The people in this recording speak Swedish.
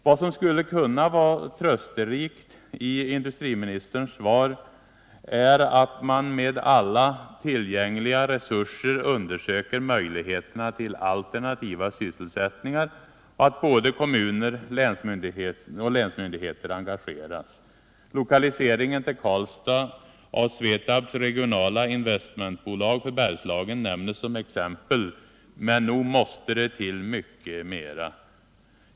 Vad som skulle kunna vara trösterikt i industriministerns svar är att man med alla tillgängliga resurser undersöker möjligheterna till alternativa sysselsättningar och att både kommuner och länsmyndigheter engageras. Lokaliseringen till Karlstad av SVETAB:s regionala investmentbolag för Bergslagen nämns som exempel. Men nog måste det till mycket mer.